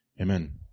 Amen